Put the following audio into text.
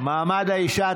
מעמד האישה.